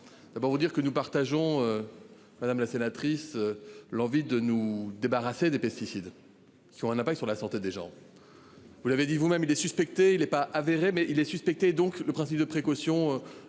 D'abord vous dire que nous partageons. Madame la sénatrice. L'envie de nous débarrasser des pesticides qui ont un impact sur la santé des gens. Vous l'avez dit vous-même. Il est suspecté il est pas avéré mais il est suspecté. Donc le principe de précaution